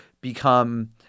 become